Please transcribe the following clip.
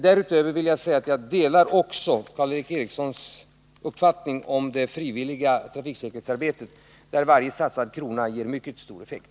Därutöver vill jag säga att jag delar Karl Erik Erikssons uppfattning om det frivilliga trafiksäkerhetsarbetet, där varje satsad krona ger mycket stor effekt.